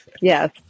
yes